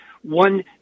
one